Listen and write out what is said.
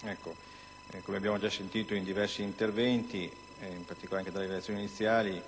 come abbiamo già sentito in diversi interventi ed in particolare nelle relazioni iniziali,